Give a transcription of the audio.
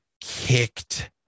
kicked